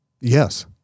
yes